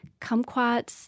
kumquats